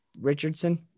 Richardson